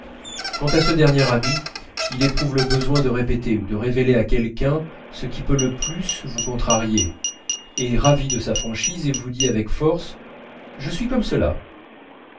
quant à ce dernier ami il éprouve le besoin de répéter ou de révéler à quelqu'un ce qui peut le plus vous contrarier est ravi de sa franchise et vous dit avec force je suis comme cela